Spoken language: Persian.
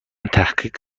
تحقیق